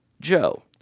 Joe